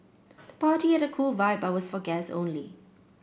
the party had a cool vibe but was for guests only